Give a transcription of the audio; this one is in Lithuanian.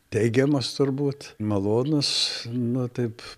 teigiamas turbūt malonūs nu taip